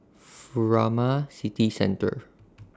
Furama City Centre